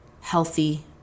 healthy